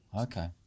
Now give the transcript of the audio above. Okay